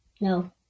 No